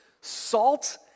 Salt